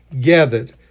gathered